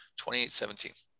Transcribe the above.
28-17